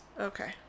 Okay